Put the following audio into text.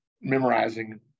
memorizing